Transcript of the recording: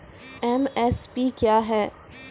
MSP क्या है?